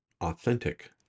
authentic